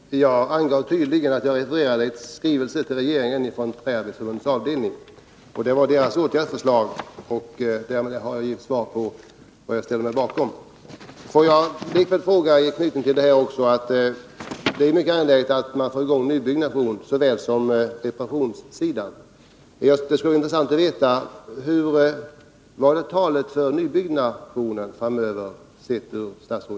Herr talman! Jag angav tydligt att jag refererade en skrivelse till regeringen från Träindustriarbetareförbundets avdelning 2, och det var alltså dess åtgärdsförslag som jag räknade upp. Därmed har jag svarat på frågan om vad jag ställer mig bakom. Får jag med anknytning till detta säga att det är mycket angeläget att få i att upprätthålla sysselsättningen i Åstorps kommun gång såväl nybyggnation som reparationsverksamhet.